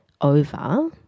over